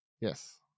yes